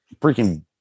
freaking